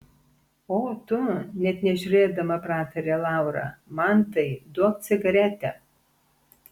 o tu net nežiūrėdama pratarė laura mantai duok cigaretę